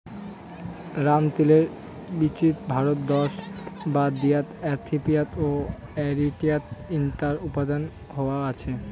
রামতিলের বীচিত ভারত দ্যাশ বাদ দিয়াও ইথিওপিয়া ও এরিট্রিয়াত ইঞার উৎপাদন হয়া আছে